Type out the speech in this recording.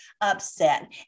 upset